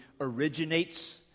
Originates